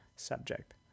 subject